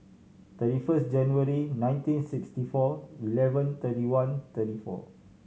thirty first January nineteen sixty four eleven thirty one thirty four